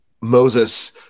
Moses